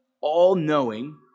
all-knowing